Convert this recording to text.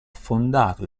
fondato